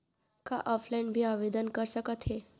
का ऑफलाइन भी आवदेन कर सकत हे?